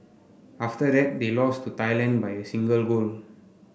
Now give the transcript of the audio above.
after that they lost to Thailand by a single goal